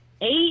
Eight